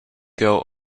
girl